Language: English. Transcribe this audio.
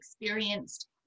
experienced